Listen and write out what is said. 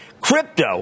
Crypto